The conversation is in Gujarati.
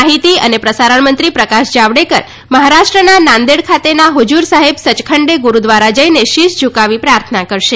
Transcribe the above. માહિતી અને પ્રસારણ મંત્રી પ્રકાશ જાવડેકર મહારાષ્ટ્રના નાંદેડ ખાતેના હુઝુર સાહેબ સચખંડે ગુરૂવ્વારા જઈને શીશ ઝુંકાવી પ્રાર્થના કરશે